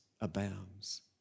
abounds